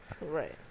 Right